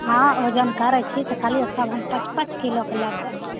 हँ ओजन करै छी तऽ कहलिए सब हम पाँच पाँच किलोके लेबै